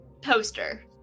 Poster